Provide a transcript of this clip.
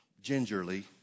gingerly